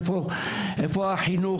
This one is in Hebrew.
איפה החינוך?